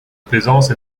plaisance